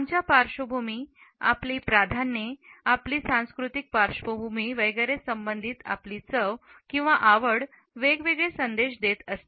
आमच्या पार्श्वभूमी आपली प्राधान्ये आपली सांस्कृतिक पार्श्वभूमी वगैरे संबंधित आपली चव किंवा आवड वेगवेगळे संदेश देत असते